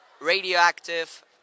Radioactive